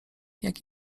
jak